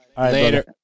Later